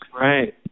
right